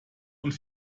und